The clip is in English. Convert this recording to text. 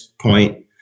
point